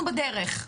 אנחנו בדרך.